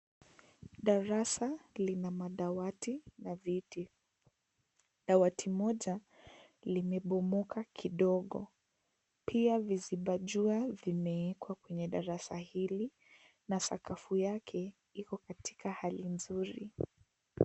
Darasa lina madawati na viti. Dawati moja limebomoka kidogo , pia viziba jua vimewekwa kwa darasa hili na sakafu yake iko katika hali mzuri.